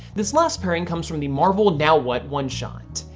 this last pairing comes from the marvel now what? one shot.